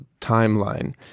timeline